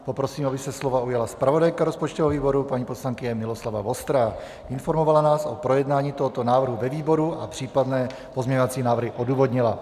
Poprosím, aby se slova ujala zpravodajka rozpočtového výboru paní poslankyně Miloslava Vostrá, informovala nás o projednání tohoto návrhu ve výboru a případné pozměňovací návrhy odůvodnila.